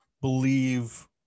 believe